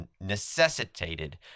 necessitated